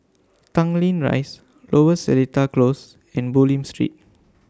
Tanglin Rise Lower Seletar Close and Bulim Street